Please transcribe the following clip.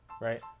right